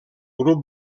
grup